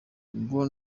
ubwo